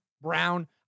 Brown